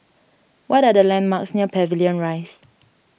what are the landmarks near Pavilion Rise